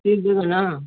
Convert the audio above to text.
seal देंगे न